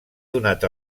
donat